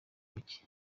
muke